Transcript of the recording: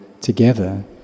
together